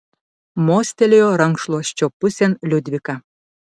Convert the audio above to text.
mostelėjo rankšluosčio pusėn liudvika